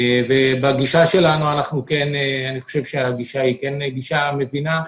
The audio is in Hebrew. הגישה שלנו היא כן גישה מבינה.